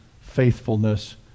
faithfulness